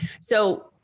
So-